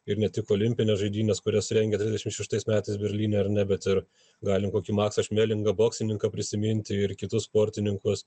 ir ne tik olimpines žaidynes kurias rengia trisdešimt šeštais metais berlyne ar ne bet ir galim kokį maksą šmelingą boksininką prisiminti ir kitus sportininkus